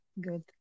good